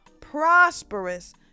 prosperous